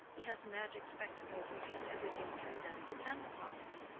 he has magic spectacles and sees everything through them, depend upon it.